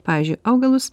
pavyzdžiui augalus